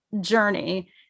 journey